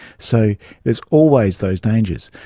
so there's always those dangers.